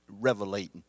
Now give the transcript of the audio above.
revelating